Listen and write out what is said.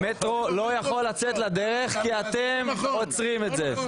המטרו לא יכול לצאת לדרך כי אתם עוצרים את זה.